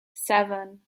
seven